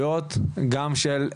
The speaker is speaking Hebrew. גם של הרשויות,